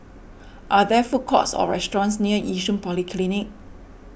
are there food courts or restaurants near Yishun Polyclinic